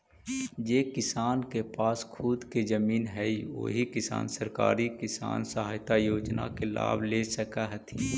जे किसान के पास खुद के जमीन हइ ओही किसान सरकारी किसान सहायता योजना के लाभ ले सकऽ हथिन